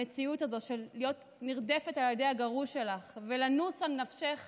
המציאות הזו של להיות נרדפת על ידי הגרוש שלך ולנוס על נפשך